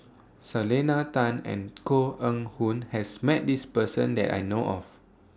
Selena Tan and Koh Eng Hoon has Met This Person that I know of